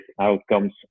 outcomes